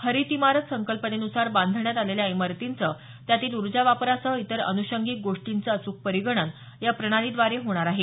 हरित इमारत संकल्पनेन्सार बांधण्यात आलेल्या इमारतींचं त्यातील ऊर्जा वापरासह इतर अनुषंगिक गोष्टींचं अचूक परिगणन या प्रणालीद्वारे होणार आहे